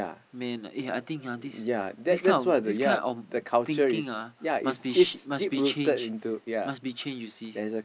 man ya this kind of this kind of thinking ah must be ch~ changed must be changed you see